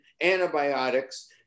antibiotics